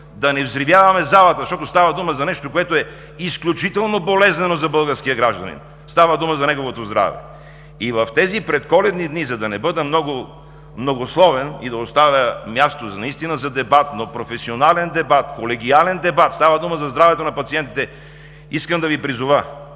да не взривяваме залата, защото става дума за нещо, което е изключително болезнено за българския гражданин. Става дума за неговото здраве! За да не бъда многословен и да оставя място за дебат, но професионален, колегиален дебат – става дума за здравето на пациентите, в тези